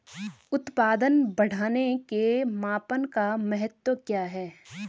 उत्पादन बढ़ाने के मापन का महत्व क्या है?